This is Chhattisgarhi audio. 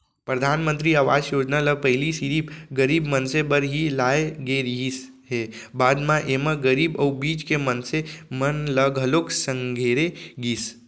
परधानमंतरी आवास योजना ल पहिली सिरिफ गरीब मनसे बर ही लाए गे रिहिस हे, बाद म एमा गरीब अउ बीच के मनसे मन ल घलोक संघेरे गिस